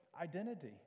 identity